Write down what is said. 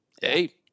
hey